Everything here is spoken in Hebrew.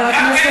כי תאמין לי,